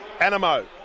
Animo